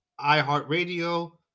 iHeartRadio